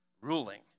ruling